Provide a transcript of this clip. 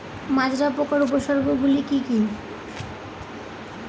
মাজরা পোকার উপসর্গগুলি কি কি?